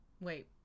wait